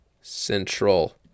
Central